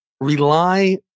rely